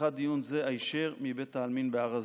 בפתיחת דיון זה הישר מבית העלמין בהר הזיתים.